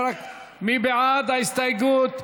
מי בעד ההסתייגות?